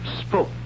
spoke